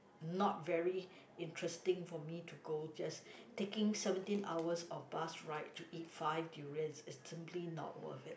not very interesting for me to go just taking seventeen hours of bus ride to eat five durians is certainly not worth it